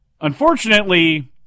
Unfortunately